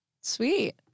Sweet